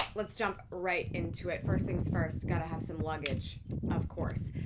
let's jump right into it. first thing's first, got to have some luggage of course.